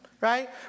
Right